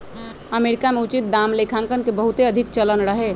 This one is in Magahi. अमेरिका में उचित दाम लेखांकन के बहुते अधिक चलन रहै